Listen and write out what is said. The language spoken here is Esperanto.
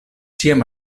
ĉiam